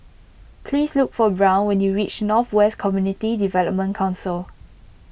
please look for Brown when you reach North West Community Development Council